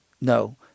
No